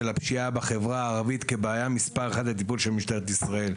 הפשיעה בחברה הערבית כבעיה מספר אחת לטיפול של משטרת ישראל.